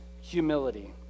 humility